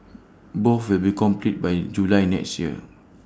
both will be completed by July next year